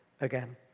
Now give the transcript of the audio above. again